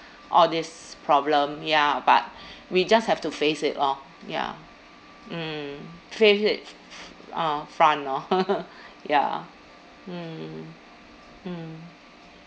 all this problem ya but we just have to face it lor ya mm face it f~ f~ uh front lor ya mm mm